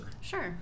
Sure